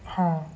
ହଁ